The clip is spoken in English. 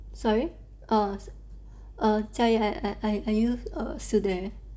sorry oh err jia yi are are are you still still there